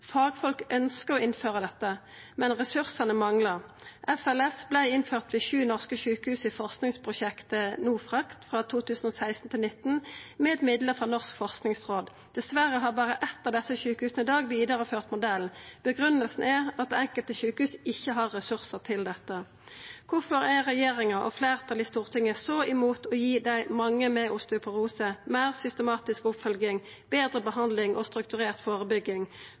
Fagfolk ønskjer å innføra dette, men ressursane manglar. FLS vart innført ved sju norske sjukehus i forskingsprosjektet NoFRACT frå 2016–2019, med midlar frå Norges forskingsråd. Dessverre har berre eit av desse sjukehusa i dag vidareført modellen. Grunngivinga er at enkelte sjukehus ikkje har ressursar til dette. Kvifor er regjeringa og fleirtalet i Stortinget så imot å gi dei mange med osteoporose meir systematisk oppfølging, betre behandling og strukturert førebygging?